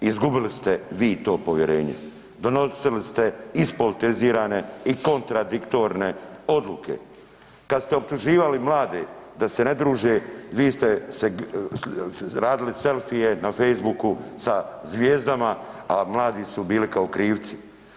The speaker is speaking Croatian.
Izgubili ste vi to povjerenje donosili ste ispolitizirane i kontradiktorne odluke kad ste optuživali mlade da se ne druže, vi ste radili selfie na facebooku sa zvijezdama, a mladi su bili kao krivci.